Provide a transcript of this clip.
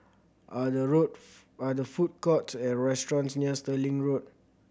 are there road are there food courts or restaurants near Stirling Road